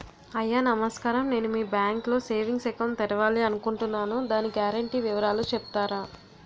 అయ్యా నమస్కారం నేను మీ బ్యాంక్ లో సేవింగ్స్ అకౌంట్ తెరవాలి అనుకుంటున్నాను దాని గ్యారంటీ వివరాలు చెప్తారా?